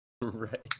Right